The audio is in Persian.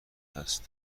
است